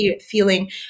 feeling